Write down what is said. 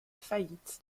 faillite